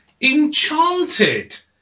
Enchanted